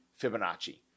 Fibonacci